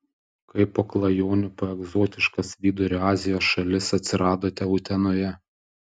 kaip po klajonių po egzotiškas vidurio azijos šalis atsiradote utenoje